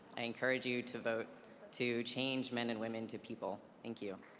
i encourage you to vote to change men and women to people. thank you.